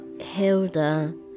Hilda